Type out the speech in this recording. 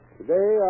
Today